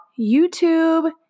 YouTube